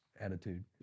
attitude